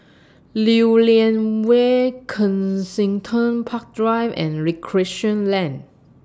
Lew Lian Vale Kensington Park Drive and Recreation Lane